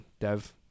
Dev